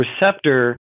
receptor